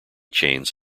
chains